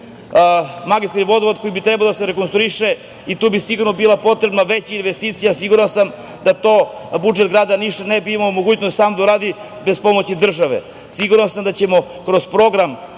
magistralni vodovod koji bi trebao da se rekonstruiše i tu bi sigurno bila potrebna veća investicija, siguran sam da to budžet grada Niša ne bi imao mogućnost sam da uradi bez pomoći države. Siguran sam da ćemo kroz program